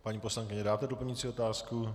Paní poslankyně, dáte doplňující otázku?